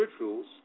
rituals